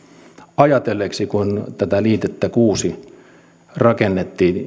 ajatelleeksi kun tätä liitettä kuuteen rakennettiin